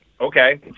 Okay